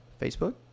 Facebook